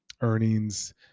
earnings